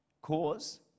cause